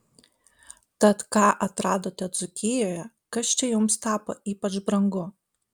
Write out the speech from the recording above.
tad ką atradote dzūkijoje kas čia jums tapo ypač brangu